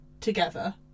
together